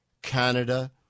Canada